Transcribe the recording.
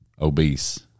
obese